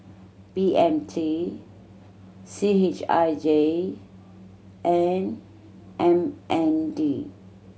B M T C H I J and M N D